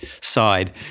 side